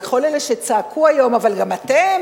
וכל אלה שצעקו היום: אבל גם אתם,